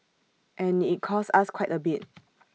and IT costs us quite A bit